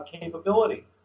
capability